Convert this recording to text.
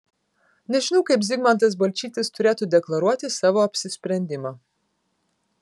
nežinau kaip zigmantas balčytis turėtų deklaruoti savo apsisprendimą